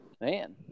man